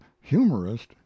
humorist